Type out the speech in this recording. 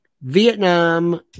Vietnam